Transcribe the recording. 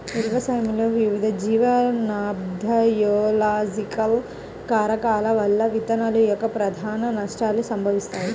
నిల్వ సమయంలో వివిధ జీవ నాన్బయోలాజికల్ కారకాల వల్ల విత్తనాల యొక్క ప్రధాన నష్టాలు సంభవిస్తాయి